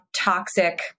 toxic